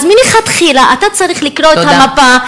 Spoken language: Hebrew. אז מלכתחילה אתה צריך לקרוא את המפה,